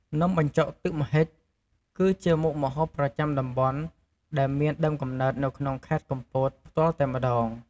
នំបញ្ចុកទឹកម្ហិច គឺជាមុខម្ហូបប្រចាំតំបន់ ដែលមានដើមកំណើតនៅក្នុងខេត្តកំពត ផ្ទាល់តែម្តង។